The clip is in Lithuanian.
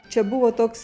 čia buvo toks